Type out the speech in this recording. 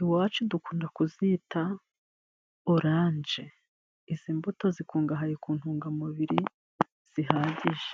,iwacu dukunda kuzita oranje. Izi mbuto zikungahaye ku ntungamubiri zihagije.